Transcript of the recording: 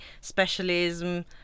specialism